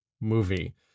movie